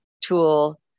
tool